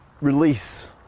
release